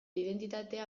identitatea